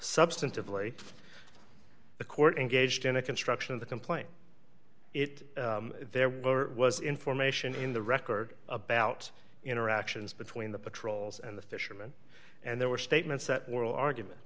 substantively the court engaged in a construction of the complaint it there was information in the record about interactions between the patrols and the fisherman and there were statements that oral argument